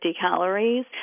calories